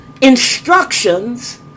instructions